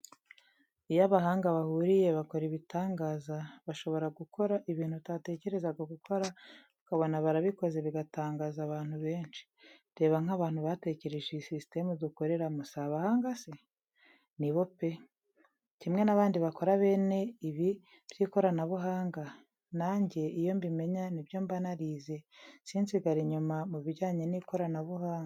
Aho abahanga bahuriye bakora ibitangaza, bashobora gukora ibintu utatekerezaga gukora, ukabona barabikoze bigatangaza abantu benshi. Reba nk'abantu batekereje iyi sisiteme dukoreramo si abahanga se? Ni bo pe! Kimwe n'abandi bakora bene ibi by'ikoranabuhanga nanjye iyo mbimenya ni byo mba narize, sinsigare inyuma mu bijyanye n'ikoranabuhanga.